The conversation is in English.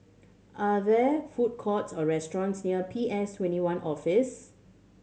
are there food courts or restaurants near P S Twenty one Office